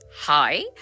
Hi